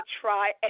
try